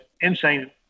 insane